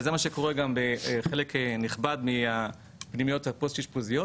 וזה גם מה שקורה בחלק נכבד מהפנימיות הפוסט אשפוזיות.